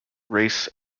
race